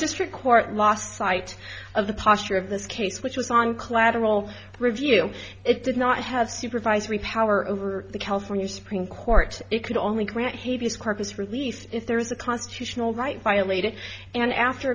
district court lost sight of the posture of this case which was on collateral review it did not have supervisory power over the california supreme court it could only grant he described his release if there is a constitutional right violated and after